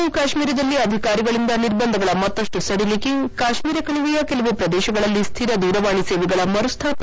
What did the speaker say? ಜಮ್ಮ ಕಾತ್ಮೀರದಲ್ಲಿ ಅಧಿಕಾರಿಗಳಿಂದ ನಿರ್ಬಂಧಗಳ ಮತ್ತಷ್ಟು ಸಡಿಲಿಕೆ ಕಾತ್ಮೀರ ಕಣಿವೆಯ ಕೆಲವು ಪ್ರದೇಶಗಳಲ್ಲಿ ಸ್ಟಿರ ದೂರವಾಣಿ ಸೇವೆಗಳ ಮರು ಸ್ಥಾಪನೆ